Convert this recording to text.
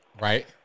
Right